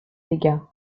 dégâts